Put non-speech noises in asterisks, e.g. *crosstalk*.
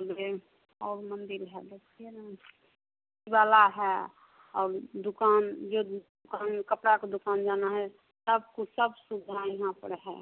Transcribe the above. उधर ही और मंदिर है *unintelligible* वाला है और दुकान जे कपड़ा का दुकान जाना है सब कुछ सब कुछ यहाँ पर है